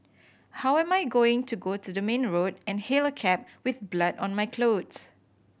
how am I going to go to the main road and hail a cab with blood on my clothes